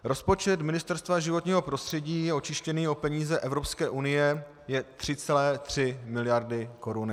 Rozpočet Ministerstva životního prostředí očištěný o peníze Evropské unie je 3,3 mld. Kč.